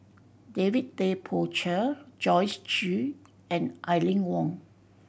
David Tay Poey Cher Joyce Jue and Aline Wong